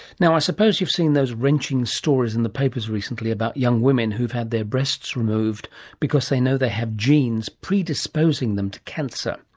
ah suppose you've seen those wrenching stories in the papers recently about young women who've had their breasts removed because they know they have genes predisposing them to cancer.